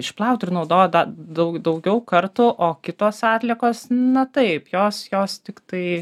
išplaut ir naudot daug daugiau kartų o kitos atliekos na taip jos jos tiktai